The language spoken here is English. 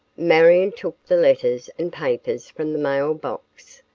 marion took the letters and papers from the mail box,